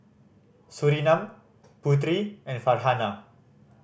Surinam Putri and Farhanah